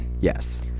Yes